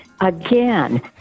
Again